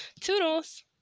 Toodles